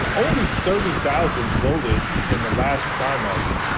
only thirty thousand voted in the last primary.